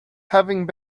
having